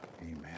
Amen